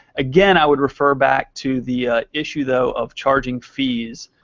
again, i would refer back to the issue though of charging fees